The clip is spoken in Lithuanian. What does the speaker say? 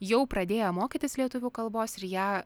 jau pradėję mokytis lietuvių kalbos ir ją